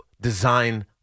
design